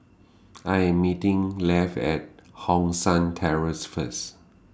I Am meeting Leigh At Hong San Terrace First